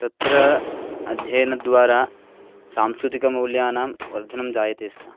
तत्र अध्ययनद्वारा सांस्कृतिकमौल्यानां वर्धनं जायते स्म